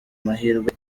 amahirwe